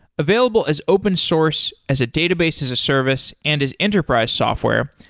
available as open source, as a database, as a service and as enterprise software,